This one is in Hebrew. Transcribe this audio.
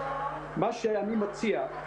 מה שאני מציע,